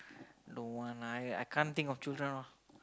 don't want lah I I can't think of children all